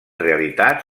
realitat